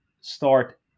start